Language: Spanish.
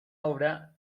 obra